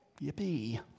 Yippee